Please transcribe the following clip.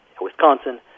Wisconsin